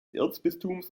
erzbistums